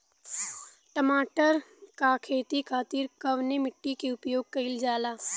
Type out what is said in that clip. टमाटर क खेती खातिर कवने मिट्टी के उपयोग कइलजाला?